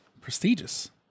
prestigious